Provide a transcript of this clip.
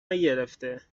نگرفته